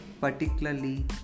particularly